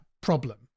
problem